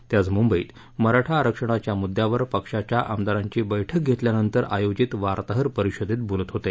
ते आज मुद्धित मराठा आरक्षणाच्या मुद्द्यावर पक्षाच्या आमदाराती बैठक धेतल्यानस्ति आयोजित वार्ताहर परिषदेत बोलत होते